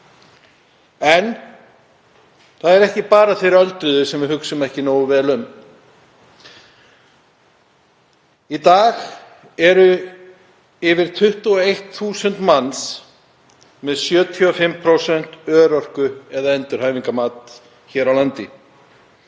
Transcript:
En það eru ekki bara þeir öldruðu sem við hugsum ekki nógu vel um. Í dag eru yfir 21.000 manns með 75% örorku- eða endurhæfingarmat hér á landi.